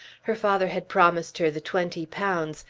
her father had promised her the twenty pounds,